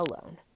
alone